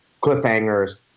Cliffhangers